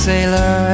Sailor